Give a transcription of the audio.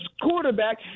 quarterback